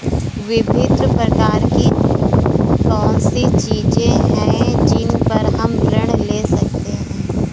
विभिन्न प्रकार की कौन सी चीजें हैं जिन पर हम ऋण ले सकते हैं?